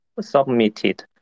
submitted